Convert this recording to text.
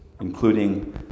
including